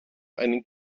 einen